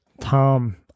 Tom